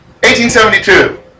1872